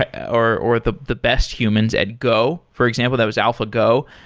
ah or or the the best humans at go, for example. that was alpha go.